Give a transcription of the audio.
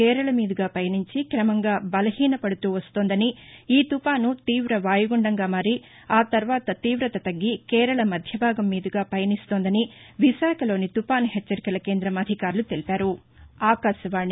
కేరళ మీదుగా పయనించి క్రమంగా బలహీనపదుతూ వస్తోందని ఈ తుపాను తీవ వాయుగుండంగా మారి ఆ తర్వాత తీవత తగ్గి కేరళ మధ్యభాగం మీదుగా పయనిస్తోందని విశాఖలోని తుపాను హెచ్చరిక కేంద్రం అధికారులు తెలిపారు